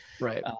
right